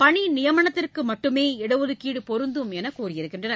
பணிநியமனத்திற்குமட்டுமே இட ஒதுக்கீடுபொருந்தும் என்றுதெரிவித்தனர்